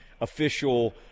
official